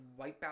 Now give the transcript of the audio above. wipeout